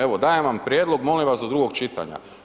Evo, dajem vam prijedlog, molim vas do drugog čitanja.